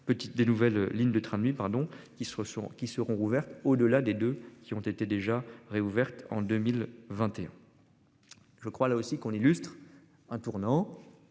des nouvelles lignes de tram oui pardon, qui se sont qui seront rouvertes au-delà des deux qui ont été déjà réouverte en 2021. Je crois là aussi qu'on illustre un tournant